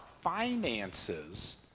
finances